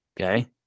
Okay